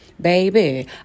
Baby